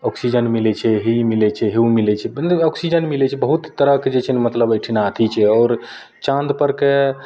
oxygen मिलय छी ही मिलय छै हु मिलय छै मतलब ऑक्सीजन मिलय छै बहुत तरहके जे छै ने मतलब एहिठिना अथी छै आओर चाँदपर के